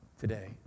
today